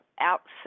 outside